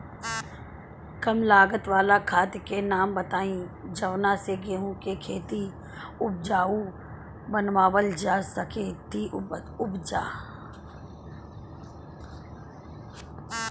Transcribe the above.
कम लागत वाला खाद के नाम बताई जवना से गेहूं के खेती उपजाऊ बनावल जा सके ती उपजा?